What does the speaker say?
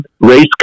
race